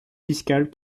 fiscal